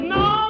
no